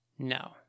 No